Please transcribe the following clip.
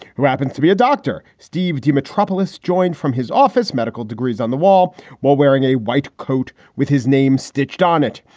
who happens to be a doctor. steve, do you? metropolis joined from his office medical degrees on the wall while wearing a white coat with his name stitched on it.